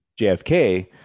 JFK